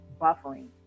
buffering